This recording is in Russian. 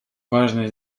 важное